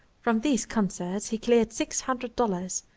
from these concerts he cleared six hundred dollars,